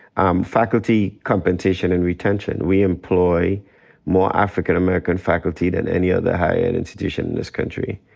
um faculty compensation and retention. we employ more african american faculty than any other higher ed. institution in this country.